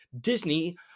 Disney